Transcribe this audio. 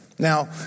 Now